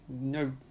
no